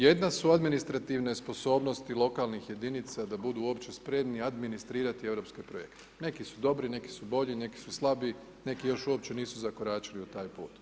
Jedna su administrativne sposobnosti lokalnih jedinica da budu uopće spremni administrirati europske projekte, neki su dobri, neki su bolji, neki su slabiji, neki još uopće nisu zakoračili u taj put.